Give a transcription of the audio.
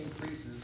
increases